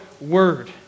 word